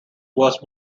was